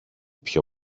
πιο